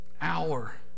hour